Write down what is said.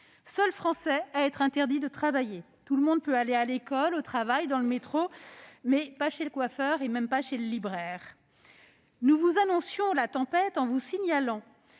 seuls Français à qui l'on interdit de travailler. Tout le monde peut aller à l'école, au travail, dans le métro, mais pas chez le coiffeur, même pas chez le libraire. Nous vous annoncions la tempête en vous signalant